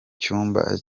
cyumba